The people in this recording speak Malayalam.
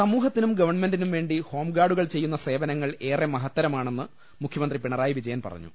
സമൂഹത്തിനും ഗവൺമെന്റിനുംവേണ്ടി ഹോംഗാർഡുകൾ ചെയ്യുന്ന സേവനങ്ങൾ ഏറെ മഹത്തരമാണെന്ന് മുഖ്യമന്ത്രി പിണ റായി വിജയൻ പറഞ്ഞു